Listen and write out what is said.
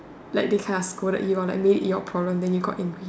like they kind of scolded you or like made it your problem then you got angry